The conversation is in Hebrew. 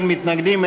אין מתנגדים,